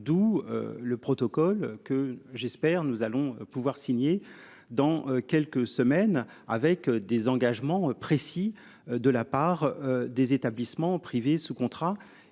d'où le protocole que j'espère nous allons pouvoir signer dans quelques semaines avec des engagements précis de la part des établissements privés sous contrat